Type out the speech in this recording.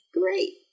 great